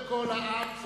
הכנסת, אדוני היושב-ראש.